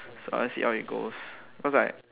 so I'll see how it goes cause like